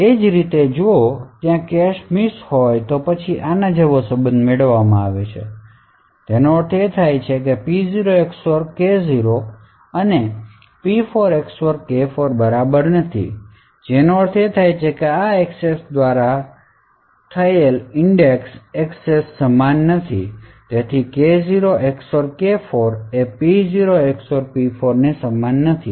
એ જ રીતે જો ત્યાં કેશ મિસ હોય તો પછી આના જેવા સંબંધ મેળવવામાં આવે છે અને તેનો અર્થ એ કે P0 XOR K0 અને P4 XOR K4 બરાબર નથી જેનો અર્થ છે કે આ એક્સેસ દ્વારા અને આ એક્સેસ દ્વારા થયેલ ઇંડેક્સ એક્સેસ સમાન નથી અને તેથી K0 XOR K4 એ P0 XOR P4 ની બરાબર નથી